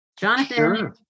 Jonathan